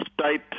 state